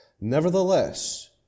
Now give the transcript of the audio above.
Nevertheless